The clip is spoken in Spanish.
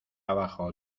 abajo